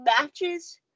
matches